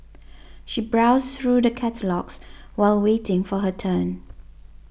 she browsed through the catalogues while waiting for her turn